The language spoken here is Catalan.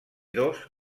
dos